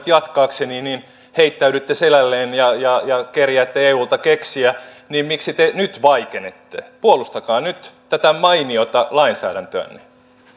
jatkaakseni heittäydytte selälleen ja ja kerjäätte eulta keksiä niin miksi te nyt vaikenette puolustakaa nyt tätä mainiota lainsäädäntöänne